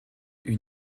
une